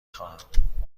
خواهم